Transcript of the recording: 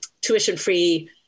tuition-free